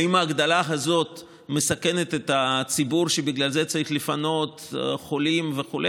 האם ההגדלה הזאת מסכנת את הציבור ובגלל זה צריך לפנות חולים וכו'?